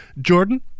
Jordan